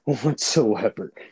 Whatsoever